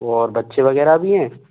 और बच्चे वग़ैरह भी हैं